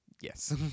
Yes